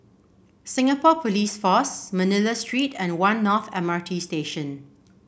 Singapore Police Force Manila Street and One North M R T Station